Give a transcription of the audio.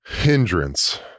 hindrance